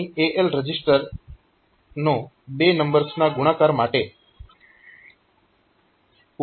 અહીં AL રજીસ્ટરનો બે નંબર્સના ગુણાકાર માટે ઉપયોગ થાય છે